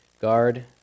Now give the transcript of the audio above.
guard